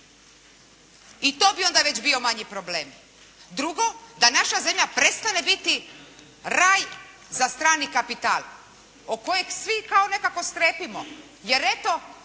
I to bi onda već bio manji problem. Drugo, da naša zemlja prestane biti raj za strani kapital od kojeg svi kao nekako strepimo, jer eto